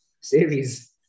series